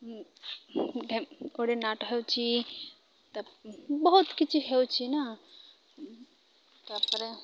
ନାଟ ହେଉଛିି ତା ବହୁତ କିଛି ହେଉଛିି ନା ତାପରେ